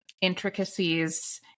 intricacies